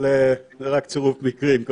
אבל זה רק צירוף מקרים.